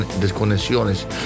desconexiones